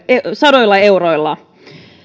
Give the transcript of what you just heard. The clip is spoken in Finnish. sadoilla euroilla